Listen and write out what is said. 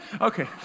Okay